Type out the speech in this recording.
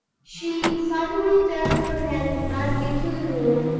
she suddenly turned her head back into the room,